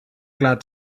glad